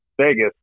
Vegas